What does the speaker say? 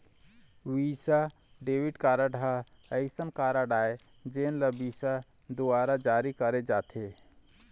Visa debit card ह assign card आय जेन ल विसा दुवारा जारी करे जाथे